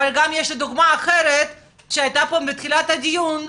אבל יש לי גם דוגמא אחרת שהייתה פה בתחילת הדיון,